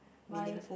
my l~ uh